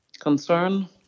Concern